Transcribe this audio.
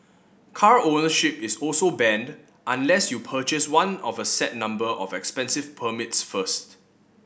car ownership is also banned unless you purchase one of a set number of expensive permits first